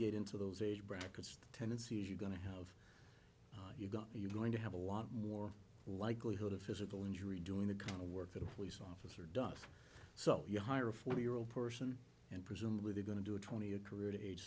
get into those age brackets tendencies you're going to have you got you're going to have a lot more likelihood of physical injury doing the grunt work that a police officer does so you hire a four year old person and presumably they're going to do a twenty